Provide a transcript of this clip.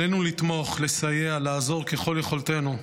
עלינו לתמוך, לסייע, לעזור, ככל יכולתנו,